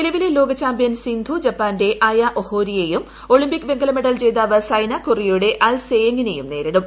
നിലവിലെ ലോക ചാമ്പ്യൻ സിന്ധു ജപ്പാന്റെ അയാ ഓഹോരിയെയും ഒളിമ്പിക് വെങ്കല മെഡൽ ജേതാവ് സൈന കൊറിയയുടെ അൽ സേയങിനെയും നേരിടും